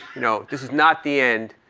you know this is not the end.